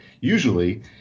usually